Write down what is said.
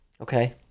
Okay